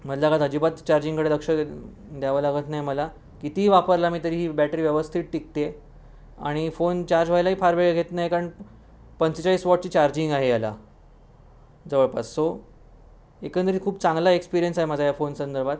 मधल्या काळात अजिबात चार्जिंगकडे लक्ष देत द्यावं लागत नाही मला कितीही वापरला मी तरी ही बॅटरी व्यवस्थित टिकते आणि फोन चार्ज व्हायलाही फार वेळ घेत नाही कारण पंचेचाळीस वॉटची चार्जिंग आहे याला जवळपास सो एकंदरीत खूप चांगला एक्सपिरिअन्स आहे माझा या फोनसंदर्भात